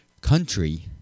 country